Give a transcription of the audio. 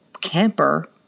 camper